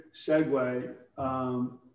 segue